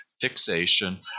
fixation